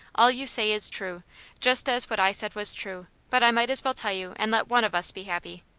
all you say is true just as what i said was true but i might as well tell you, and let one of us be happy.